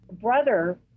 brother